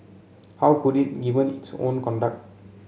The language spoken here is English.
how could it given its own conduct